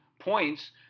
points